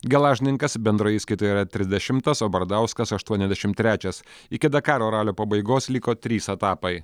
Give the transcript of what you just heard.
gelažninkas bendroje įskaitoje yra trisdešimtas o bardauskas aštuoniasdešim trečias iki dakaro ralio pabaigos liko trys etapai